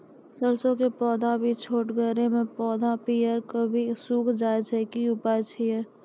सरसों के पौधा भी छोटगरे मे पौधा पीयर भो कऽ सूख जाय छै, की उपाय छियै?